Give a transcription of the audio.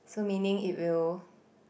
so meaning it will